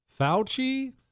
Fauci